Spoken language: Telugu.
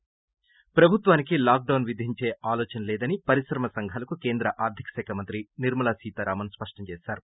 ి ప్రభుత్వానికి లాక్డాస్ విధించే ఆలోచన లేదని పరిశ్రమ సంఘాలకు కేంద్ర ఆర్గిక శాఖ మంత్రి నిర్శల సీతారామస్ స్పష్టం చేశారు